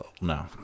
No